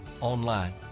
online